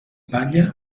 palla